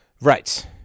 Right